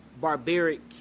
barbaric